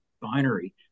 binary